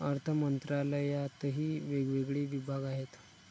अर्थमंत्रालयातही वेगवेगळे विभाग आहेत